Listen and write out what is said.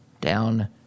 down